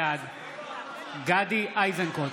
בעד גדי איזנקוט,